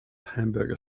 hamburger